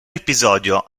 episodio